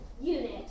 unit